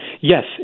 Yes